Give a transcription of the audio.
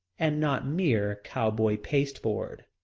and not mere cowboy pasteboard.